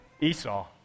Esau